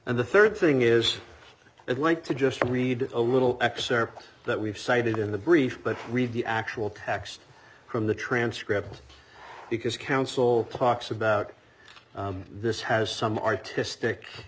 and the third thing is it like to just read a little excerpt that we've cited in the brief but read the actual text from the transcript because counsel talks about this has some artistic